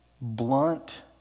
blunt